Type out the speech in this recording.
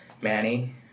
Manny